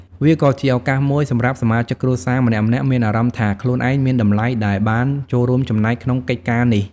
វាក៏ជាឱកាសមួយសម្រាប់សមាជិកគ្រួសារម្នាក់ៗមានអារម្មណ៍ថាខ្លួនឯងមានតម្លៃ ដែលបានចូលរួមចំណែកក្នុងកិច្ចការនេះ ។